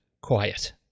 quiet